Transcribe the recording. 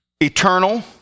Eternal